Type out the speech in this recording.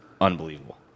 unbelievable